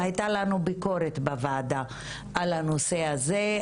הייתה לנו ביקורת בוועדה על הנושא הזה.